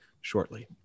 shortly